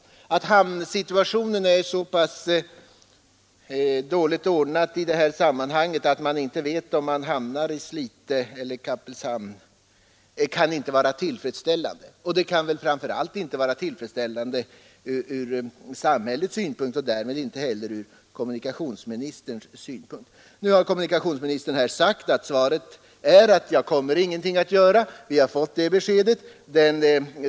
Att hamnsituationen är så besvärlig att man inte vet om man kanske hamnar i Slite eller i Kappelshamn kan inte vara tillfredsställande, framför allt inte från samhällets synpunkt och därmed inte heller från kommunikationsministerns synpunkt. Kommunikationsministern förklarar enligt svaret att han ingenting kommer att göra. Vi har fått det beskedet.